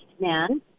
man